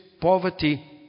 poverty